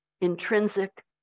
intrinsic